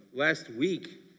last week